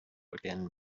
again